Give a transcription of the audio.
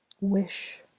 wish